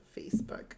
Facebook